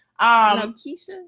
Keisha